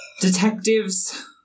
Detectives